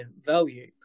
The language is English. value